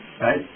right